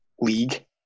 league